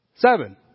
Seven